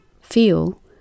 feel